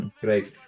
great